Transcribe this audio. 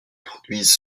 produisent